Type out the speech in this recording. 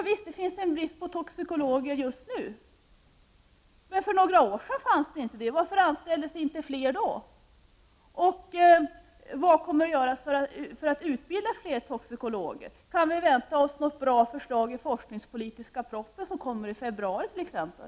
Visst är det brist på toxikologer just nu, men det var det inte för några år sedan. Varför anställdes inte fler toxikologer då? Vad kommer man att göra för att utbilda fler toxikologer? Kan man vänta sig något bra förslag i den forskningspolitiska proposition som kommer att framläggas i februari t.ex.?